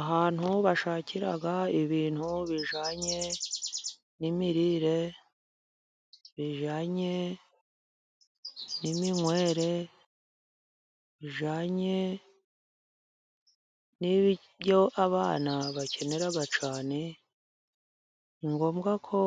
Ahantu bashakira ibintu bijyanye n'imirire, bijyanye n'iminywere, bijyanye n'ibyo abana bakenera cyane ni ngombwa ko